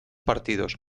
partidos